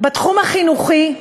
בתחום החינוכי,